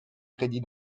crédit